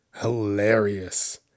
hilarious